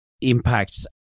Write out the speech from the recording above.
impacts